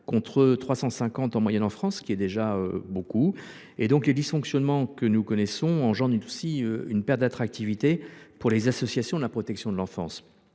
contre 350 en moyenne en France, ce qui est déjà beaucoup. Les dysfonctionnements que nous connaissons ont aussi pour conséquence une perte d’attractivité des associations de la protection de l’enfance,